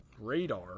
Radar